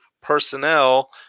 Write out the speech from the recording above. personnel